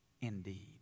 Indeed